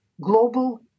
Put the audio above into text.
global